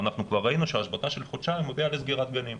ואנחנו כבר ראינו שהשבתה של חודשיים מביאה לסגירת גנים.